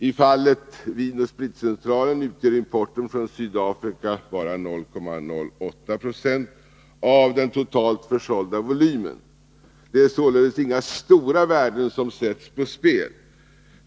I fallet Vin & Spritcentralen utgör importen från Sydafrika bara 0,08 96 av den totalt försålda volymen. Det är således inga stora värden som sätts på spel.